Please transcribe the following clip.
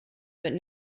but